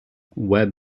web